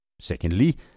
Secondly